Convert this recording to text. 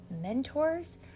Mentors